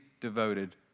devoted